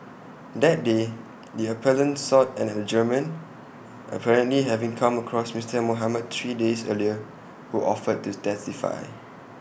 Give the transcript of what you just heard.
that day the appellant sought an adjournment apparently having come across Mister Mohamed three days earlier who offered to testify